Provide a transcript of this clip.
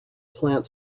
plant